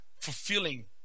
fulfilling